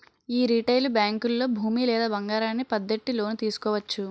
యీ రిటైలు బేంకుల్లో భూమి లేదా బంగారాన్ని పద్దెట్టి లోను తీసుకోవచ్చు